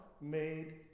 made